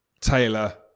Taylor